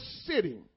sitting